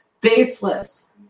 baseless